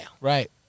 Right